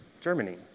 Germany